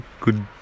good